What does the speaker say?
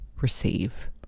receive